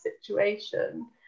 situation